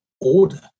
order